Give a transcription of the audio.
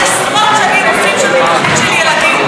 עשרות שנים עושים שם ניתוחים של ילדים.